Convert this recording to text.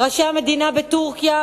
ראשי המדינה בטורקיה,